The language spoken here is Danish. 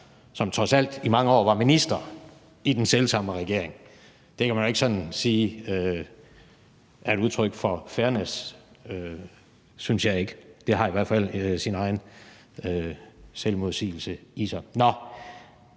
som trods alt i mange år var minister i den selv samme regering. Det kan man jo ikke sådan sige er et udtryk for fairness. Det synes jeg ikke, det har i hvert fald sin egen selvmodsigelse i sig.